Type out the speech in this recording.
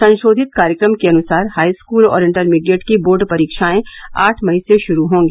संशोधित कार्यक्रम के अनुसार हाईस्कूल और इंटरमीडिएट की बोर्ड परीक्षाएं आठ मई से शुरू होंगी